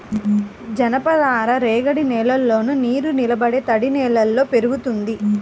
జనపనార రేగడి నేలల్లోను, నీరునిలబడే తడినేలల్లో పెరుగుతుంది